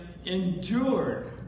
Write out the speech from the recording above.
endured